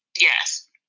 Yes